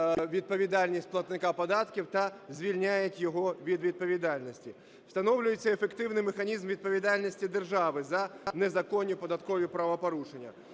відповідальність платника податків та звільняють його від відповідальності. Встановлюється ефективний механізм відповідальності держави за незаконні податкові правопорушення.